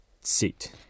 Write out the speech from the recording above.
seat